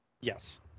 Yes